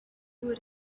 would